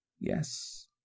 Yes